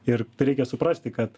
ir tai reikia suprasti kad